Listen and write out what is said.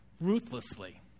ruthlessly